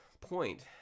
point